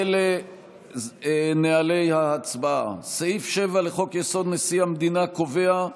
אלה נוהלי ההצבעה: סעיף 7 לחוק-יסוד: נשיא המדינה קובע: